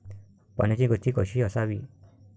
पाण्याची गती कशी असावी?